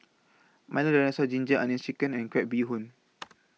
Milo Dinosaur Ginger Onions Chicken and Crab Bee Hoon